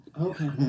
Okay